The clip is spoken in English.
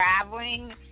traveling